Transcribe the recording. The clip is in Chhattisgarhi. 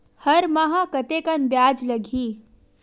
हर माह कतेकन ब्याज लगही?